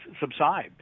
subside